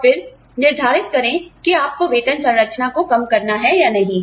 और फिर निर्धारित करें कि आपको वेतन संरचना को कम करना है या नहीं